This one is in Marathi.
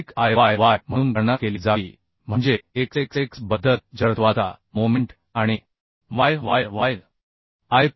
अधिक Iyy म्हणून गणना केली जावी म्हणजे XXX बद्दल जडत्वाचा मोमेंट आणि yyy